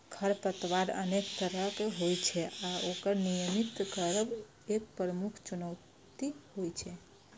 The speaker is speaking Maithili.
खरपतवार अनेक तरहक होइ छै आ ओकर नियंत्रित करब एक प्रमुख चुनौती होइ छै